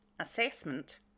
assessment